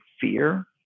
fear